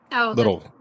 little